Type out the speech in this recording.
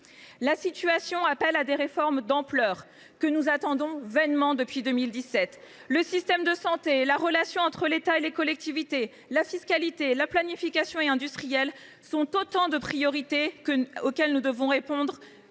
La situation appelle à des réformes d’ampleur, que nous attendons vainement depuis 2017. Le système de santé, la relation entre l’État et les collectivités, la fiscalité, la planification industrielle et écologique sont autant de priorités auxquelles nous devons répondre